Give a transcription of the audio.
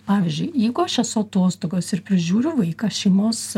pavyzdžiui jeigu aš esu atostogose ir prižiūriu vaiką šeimos